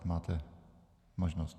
Máte možnost.